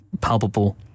palpable